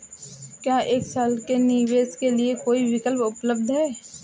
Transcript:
क्या एक साल के निवेश के लिए कोई विकल्प उपलब्ध है?